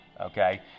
Okay